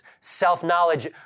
self-knowledge